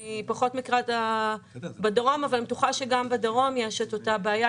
אני פחות מכירה את הדרום אבל אני בטוחה שגם בדרום יש את אותה בעיה,